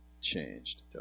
changed